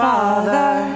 Father